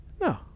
No